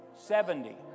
Seventy